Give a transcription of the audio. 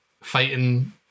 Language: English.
fighting